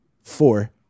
four